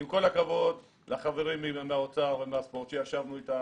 עם כל הכבוד לחברים מהאוצר ומהספורט שישבנו אתם,